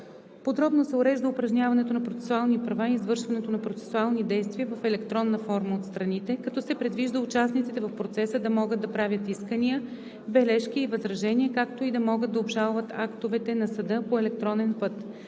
Подробно се урежда упражняването на процесуални права и извършването на процесуални действия в електронна форма от страните, като се предвижда участниците в процеса да могат да правят искания, бележки и възражения, както и да могат да обжалват актовете на съда по електронен път.